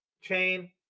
chain